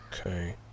Okay